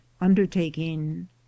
undertaking